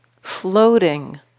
floating